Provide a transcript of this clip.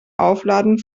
aufladen